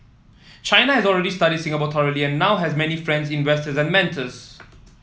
China has already study Singapore thoroughly now has many friends investor and mentors